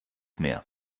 mehr